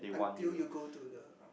until you go to the